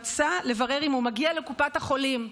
רצתה לברר אם הוא מגיע לקופת החולים.